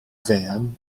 van